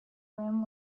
rim